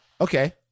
Okay